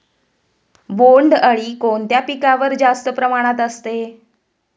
बोंडअळी कोणत्या पिकावर जास्त प्रमाणात असते?